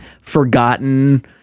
forgotten